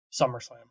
SummerSlam